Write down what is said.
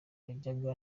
yajyaga